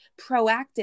proactive